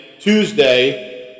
Tuesday